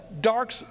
dark